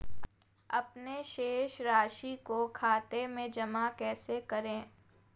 अपने शेष राशि को खाते में जमा कैसे करें?